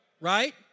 right